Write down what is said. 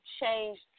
changed